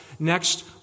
Next